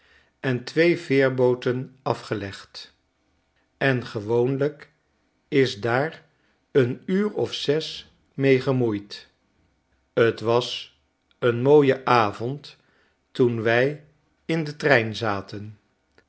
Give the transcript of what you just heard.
en twee veerbooten afgelegd en gewoonlijk is daar een uur of zes meegemoeid t was een mooie avond toen wij in den trein zaten